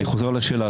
אני חוזר על השאלה.